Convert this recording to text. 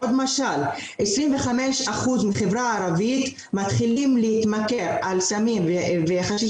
או למשל 25% מהחברה הערבית מתחילים להתמכר לסמים וחשיש